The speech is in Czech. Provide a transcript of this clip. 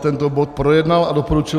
Tento bod projednal a doporučil